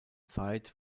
zeit